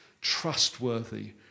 trustworthy